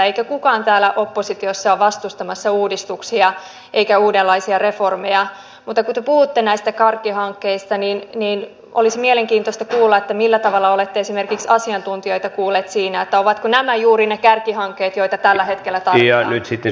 eikä kukaan täällä oppositiossa ole vastustamassa uudistuksia eikä uudenlaisia reformeja mutta kun te puhutte näistä kärkihankkeista niin olisi mielenkiintoista kuulla millä tavalla olette esimerkiksi asiantuntijoita kuulleet siinä ovatko nämä juuri ne kärkihankkeet joita tällä hetkellä tarvitaan